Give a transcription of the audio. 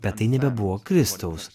bet tai nebebuvo kristaus